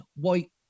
white